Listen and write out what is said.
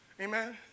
Amen